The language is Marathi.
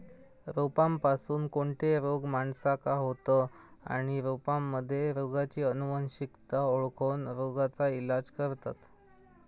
रोपांपासून कोणते रोग माणसाका होतं आणि रोपांमध्ये रोगाची अनुवंशिकता ओळखोन रोगाचा इलाज करतत